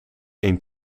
een